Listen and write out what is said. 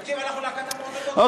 תקשיב, אנחנו להקת המעודדות שלך, שלא